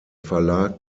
verlag